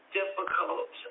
difficult